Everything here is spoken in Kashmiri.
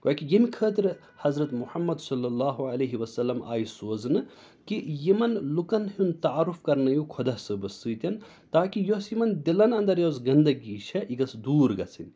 گویا کہِ ییٚمہِ خٲطرٕ حضرت محمد صلی اللہ علیہِ وسلم آیہِ سوزنہٕ کہِ یِمَن لُکَن ہُنٛد تعارُف کَرنٲیِو خۄدا صٲبَس سۭتۍ تاکہِ یۄس یِمَن دِلَن اَنٛدر یۄس گنٛدگی چھےٚ یہِ گٔژھ دوٗر گژھٕنۍ